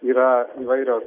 yra įvairios